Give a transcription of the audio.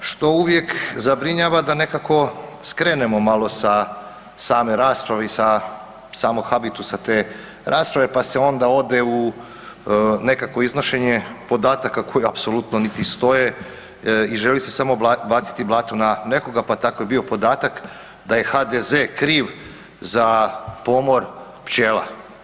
što uvijek zabrinjava da nekako skrenemo malo sa same rasprave i sa samog habitusa te rasprave, pa se onda ode u nekakvo iznošenje podataka koji apsolutno niti stoje i želi se samo baciti blato na nekoga, pa tako je bio podatak da je HDZ kriv za pomor pčela.